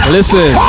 Listen